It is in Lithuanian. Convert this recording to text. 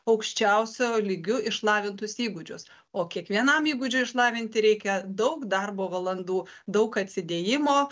aukščiausio lygiu išlavintus įgūdžius o kiekvienam įgūdžiui išlavinti reikia daug darbo valandų daug atsidėjimo